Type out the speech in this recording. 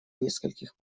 нескольких